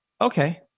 okay